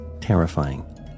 terrifying